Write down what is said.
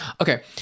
Okay